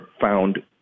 found